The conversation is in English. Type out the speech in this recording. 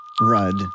Rud